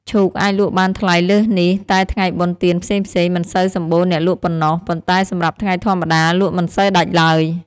ឈូកអាចលក់បានថ្លៃលើសនេះតែថ្ងៃបុណ្យទានផ្សេងៗ មិនសូវសម្បូរអ្នកលក់ប៉ុណ្ណោះ ប៉ុន្តែសម្រាប់ថ្ងៃធម្មតា លក់មិនសូវដាច់ឡើយ ។